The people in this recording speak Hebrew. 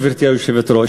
גברתי היושבת-ראש,